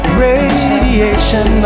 radiation